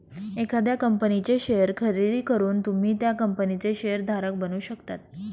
एखाद्या कंपनीचे शेअर खरेदी करून तुम्ही त्या कंपनीचे शेअर धारक बनू शकता